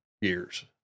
years